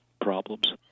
problems